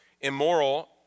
Immoral